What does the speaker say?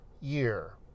year